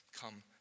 come